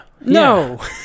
No